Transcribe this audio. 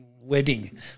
wedding